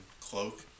cloak